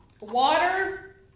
Water